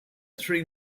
three